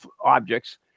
objects